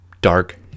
dark